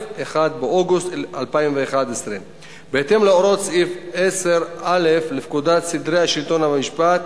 1 באוגוסט 2011. בהתאם להוראות סעיף 10א לפקודת סדרי השלטון והמשפט,